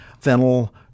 fennel